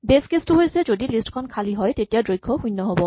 বেচ case টো হৈছে যদি লিষ্ট খন খালী হয় তেতিয়া দৈৰ্ঘ্য শূণ্য হ'ব